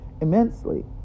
immensely